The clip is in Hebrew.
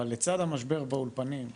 אבל לצד המשבר באולפנים,